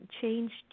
changed